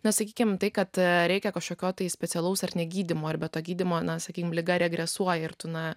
na sakykime tai kad reikia kažkokio specialaus ar ne gydymo ir be to gydymo na sakykim liga regresuoja ir tu na